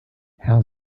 herr